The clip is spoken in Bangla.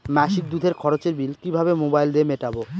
মাসিক দুধের খরচের বিল কিভাবে মোবাইল দিয়ে মেটাব?